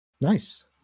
Nice